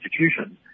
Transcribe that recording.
institutions